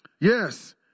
Yes